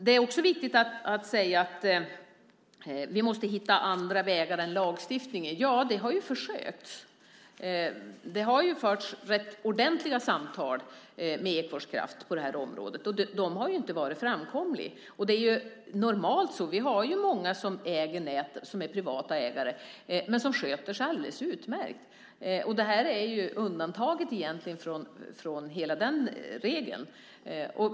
Det sades också att det är viktigt att vi hittar andra vägar än lagstiftning. Det har gjorts försök. Det har förts rätt utförliga samtal med Ekfors Kraft på det här området, men de har inte varit framkomliga. Vi har många som äger nät, privata ägare, och det normala är att de sköter sig alldeles utmärkt. Det här är egentligen undantaget från den regeln.